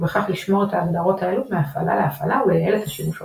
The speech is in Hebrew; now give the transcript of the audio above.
ובכך לשמור את ההגדרות האלו מהפעלה להפעלה ולייעל את השימוש במחשב.